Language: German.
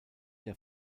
der